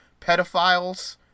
pedophiles